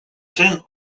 zen